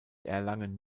erlangen